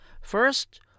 First